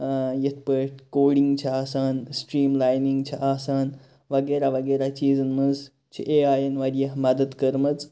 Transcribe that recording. یِتھ پٲٹھۍ کوڈِنٛگ چھِ آسان سٹریٖم لاینِنٛگ چھِ آسان وَغیرہ وَغیرہ چیٖزَن مَنٛز چھِ اے آیَن واریاہ مَدَد کٔرمٕژ